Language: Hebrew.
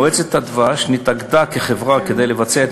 מועצת הדבש נתאגדה כחברה כדי לבצע את